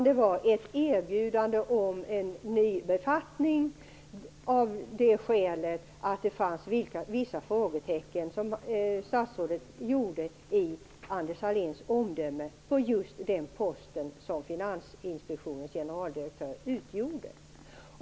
Det var ett erbjudande om en ny befattning av det skälet att statsrådet hade ställt upp vissa frågetecken när det gällde Anders Sahléns omdöme på just posten som Finansinspektionens generaldirektör.